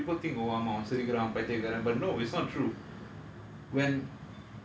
powerful tools which is humor and people think ஆமா சிரிக்குறான் பைத்தியக்காரன்:aama sirikuraan paithiyakaaran but no it's not true